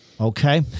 Okay